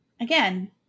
Again